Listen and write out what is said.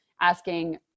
asking